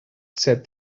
said